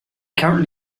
currently